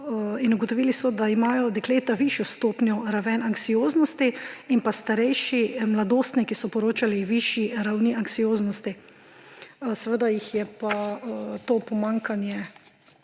in ugotovili so, da imajo dekleta višjo stopnjo ravni anksioznosti in pa starejši mladostniki so poročali o višji ravni anksioznosti. Seveda jih je pa to pomanjkanje